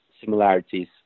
similarities